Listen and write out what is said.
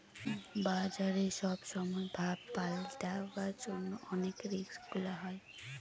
বাজারে সব সময় ভাব পাল্টাবার জন্য অনেক রিস্ক গুলা হয়